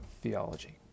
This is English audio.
theology